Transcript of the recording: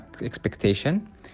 expectation